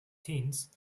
teens